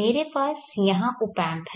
मेरे पास यहां ऑप एम्प् है